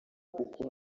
kuko